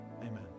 Amen